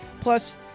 Plus